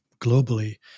globally